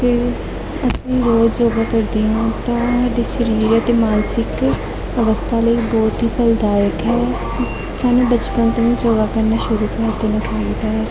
ਸਵੇਰੇ ਅਸੀਂ ਰੋਜ਼ ਯੋਗਾ ਕਰਦੇ ਹਾਂ ਤਾਂ ਸਾਡੀ ਸਰੀਰ ਅਤੇ ਮਾਨਸਿਕ ਅਵਸਥਾ ਲਈ ਬਹੁਤ ਹੀ ਫਲਦਾਇਕ ਹੈ ਸਾਨੂੰ ਬਚਪਨ ਤੋਂ ਯੋਗਾ ਕਰਨਾ ਸ਼ੁਰੂ ਕਰ ਦੇਣਾ ਚਾਹੀਦਾ